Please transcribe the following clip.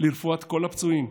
לרפואת כל הפצועים,